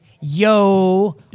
Yo